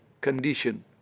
condition